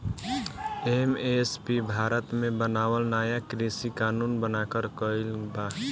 MSP Bharat मे बनावल नाया कृषि कानून बनाकर गइल बा